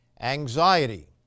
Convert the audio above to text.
anxiety